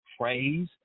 praise